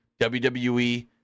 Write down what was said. WWE